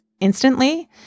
instantly